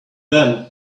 them